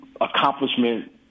accomplishment